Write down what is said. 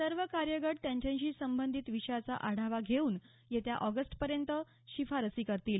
सर्व कार्यगट त्यांच्याशी संबंधित विषयाचा आढावा घेऊन येत्या ऑगस्टपर्यंत शिफारसी करतील